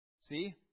See